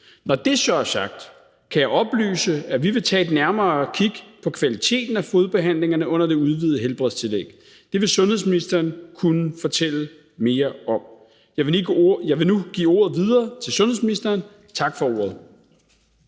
Når det så er sagt, kan jeg oplyse, at vi vil tage et nærmere kigge på kvaliteten af fodbehandlingerne under det udvidede helbredstillæg. Det vil sundhedsministeren kunne fortælle mere om. Jeg vil nu give ordet videre til sundhedsministeren. Tak for ordet.